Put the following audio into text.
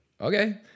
Okay